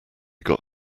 got